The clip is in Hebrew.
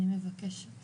אני מבקשת